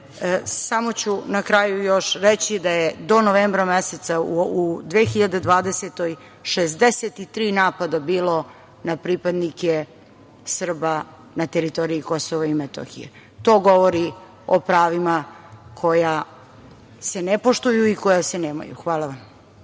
Samo ću na kraju još reći da je do novembra meseca u 2020. godini 63 napada bilo na pripadnike Srba na teritoriji KiM. To govori o pravima koja se ne poštuju i koja se nemaju. Hvala vam.